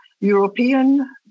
European